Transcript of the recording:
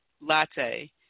latte